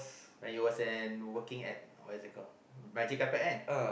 like it was an working at what is it call magic carpet kan